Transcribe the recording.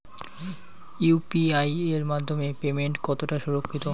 UPI এর মাধ্যমে payment কতটা সুরক্ষিত?